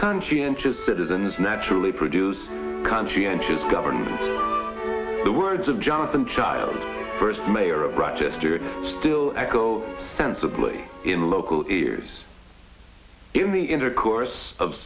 conscientious citizens naturally produce conscientious governance the words of jonathan child first mayor of rochester still echo sensibly in local ears in the intercourse of